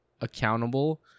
accountable